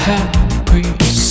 Happy